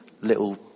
little